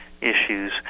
issues